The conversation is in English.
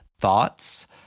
thoughts